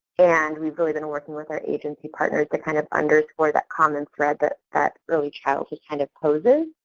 and we've really been working with our agency partners to kind of underscore that common thread that that early childhood kind of poses.